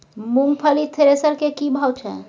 मूंगफली थ्रेसर के की भाव छै?